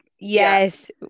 Yes